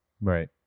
Right